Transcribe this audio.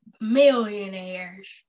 millionaires